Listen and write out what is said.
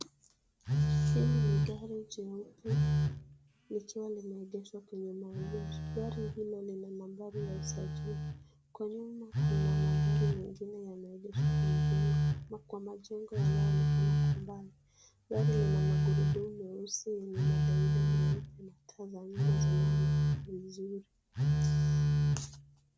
Hili ni gari jeupe likiwa limeegeshwa kwenye maegesho. Gari hilo lina nambari ya usajili. Kwa nyuma kuna magari mengine yameegeshwa kwa majengo yanayoonekana kwa umbali. Gari lina magurudumu meusi yenye madoido meupe, na taa za nyuma zinaonekana vizuri.